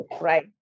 right